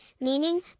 meaning